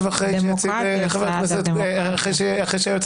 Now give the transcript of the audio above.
אדוני היועץ